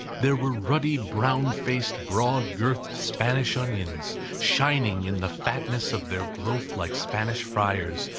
there were ruddy, brown-faced, broad-girthed spanish onions, shining in the fatness of their growth like spanish friars,